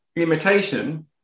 Imitation